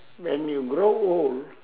when you grow old